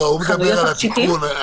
הוא מדבר על התיקון.